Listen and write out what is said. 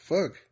Fuck